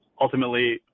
Ultimately